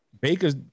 Baker's